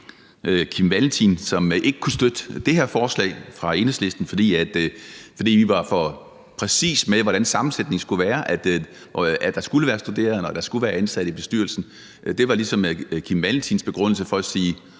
Kim Valentin, som ikke kunne støtte det her forslag fra Enhedslisten, fordi vi var for præcise med, hvordan sammensætningen skulle være, altså at der skulle være studerende og ansatte i bestyrelsen – det var ligesom Kim Valentins begrundelse for at sige,